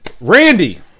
Randy